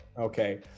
Okay